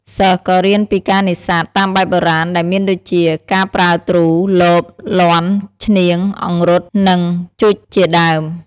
សិស្សក៏៏រៀនពីការនេសាទតាមបែបបុរាណដែលមានដូចជា ការប្រើទ្រូ លប លាន់ ឈ្នាង អង្រុត និង ជុចជាដើម។